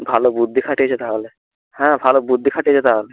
ভালো বুদ্ধি খাটিয়েছ তাহলে হ্যাঁ ভালো বুদ্ধি খাটিয়েছ তাহলে